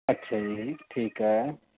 ਅੱਛਾ ਜੀ ਠੀਕ ਹੈ